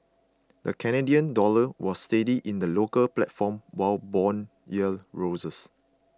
the Canadian dollar was steady in the local platform while bond yields rose